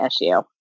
issue